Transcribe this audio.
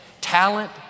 Talent